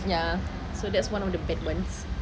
ya so that's one of the bad ones